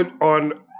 on